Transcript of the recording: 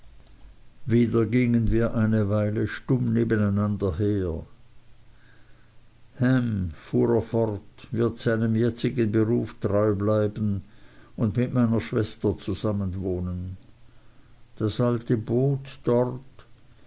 wieder gingen wir eine weile stumm nebeneinander her ham fuhr er fort wird seinem jetzigen beruf treu bleiben und mit meiner schwester zusammenwohnen das alte boot dort